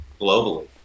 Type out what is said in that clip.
globally